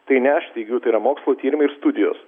tai ne aš teigiu tai yra mokslo tyrimai ir studijos